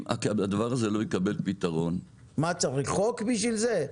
אם הדבר הזה לא יקבל פתרון --- מה צריך חוק בשביל זה?